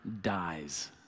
dies